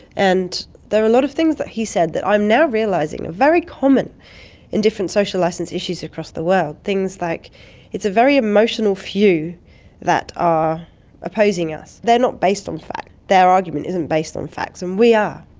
and there were a lot of things that he said that i'm now realising are very common in different social licence issues across the world, things like it's a very emotional few that are opposing us, they are not based on fact, their argument isn't based on facts and we are'.